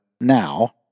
Now